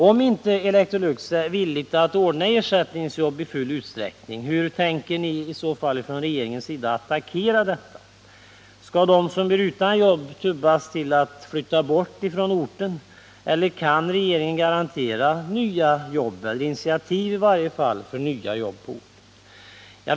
Om inte Electrolux är villigt att ordna ersättningsjobb i full utsträckning, hur tänker ni i så fall ifrån regeringens sida attackera detta? Skall de som blir utan jobb tubbas att flytta bort från orten, eller kan regeringen garantera nya jobb eller i varje fall ta initiativ till nya jobb i Arvika?